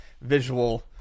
visual